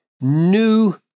new